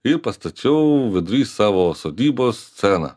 ir pastačiau vidury savo sodybos sceną